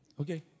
Okay